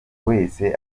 wese